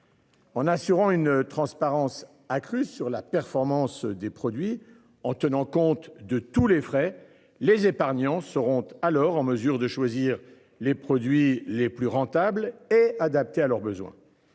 En assurant une transparence accrue sur la performance des produits en tenant compte de tous les frais les épargnants seront alors en mesure de choisir les produits les plus rentables et adapté à leurs besoins.